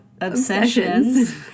obsessions